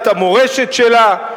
את המורשת שלה,